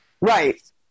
Right